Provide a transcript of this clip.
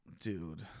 Dude